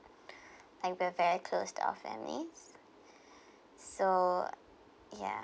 like we're very close to our family so yeah